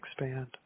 expand